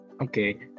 Okay